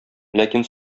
ләкин